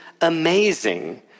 amazing